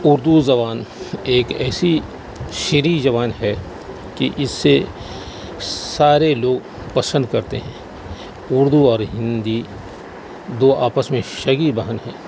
اردو زبان ایک ایسی شیریں زبان ہے کہ اسے سارے لوگ پسند کرتے ہیں اردو اور ہندی دو آپس میں سگی بہن ہیں